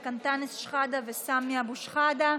אנטאנס שחאדה וסמי אבו שחאדה?